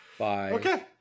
okay